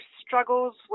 struggles